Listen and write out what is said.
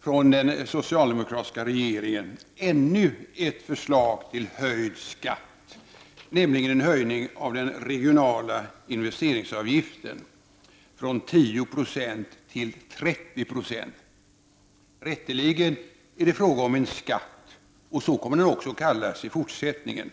från den socialdemokratiska regeringen ännu ett förslag till höjd skatt, nämligen en höjning av den regionala investeringsavgiften från 10 96 till 30 20. Rätteligen är det fråga om en skatt, och så kommer den också att kallas i fortsättningen.